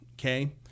okay